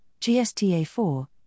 GSTA4